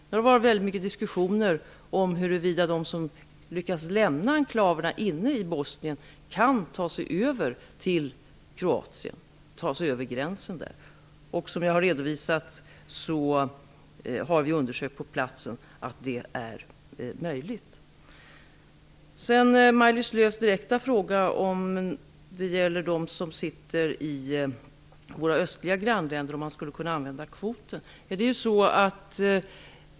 Det har varit väldigt mycket diskussioner om huruvida de som lyckas lämna enklaverna inne i Bosnien kan ta sig över gränsen till Kroatien. Som jag har redovisat har vi på plats undersökt att det är möjligt. Maj-Lis Lööws direkta fråga gällde om man skulle kunna använda kvoten för dem som sitter i våra östliga grannländer.